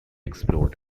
explored